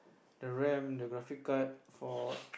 the ram the graphic card for